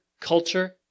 culture